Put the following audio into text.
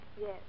Yes